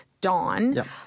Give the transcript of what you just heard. dawn